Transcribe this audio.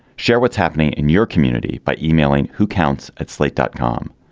share what's happening in your community by yeah e-mailing who counts. at slate dot com.